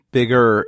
bigger